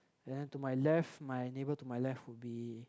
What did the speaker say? then to my left my neighbour to my left would be